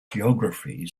geography